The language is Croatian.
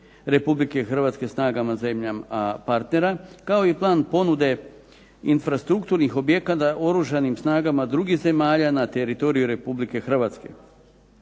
Republike Hrvatske snagama zemljama partnera, kao i plan ponude infrastrukturnih objekata Oružanim snagama drugih zemalja na teritoriju Republike Hrvatske.